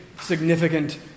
significant